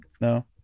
No